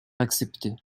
accepter